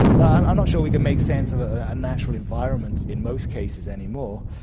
so and i'm not sure we can make sense of ah natural environments in most cases any more.